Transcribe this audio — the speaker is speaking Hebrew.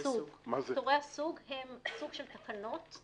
פטורי הסוג הם סוג של תקנות,